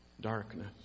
darkness